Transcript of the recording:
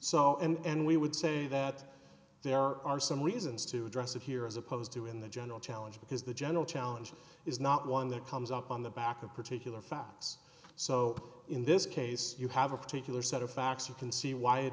so and we would say that there are some reasons to address it here as opposed to in the general challenge because the general challenge is not one that comes up on the back of particular facts so in this case you have a particular set of facts you can see why it